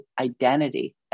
identity